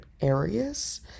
areas